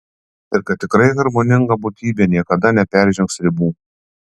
ir kad tikrai harmoninga būtybė niekada neperžengs ribų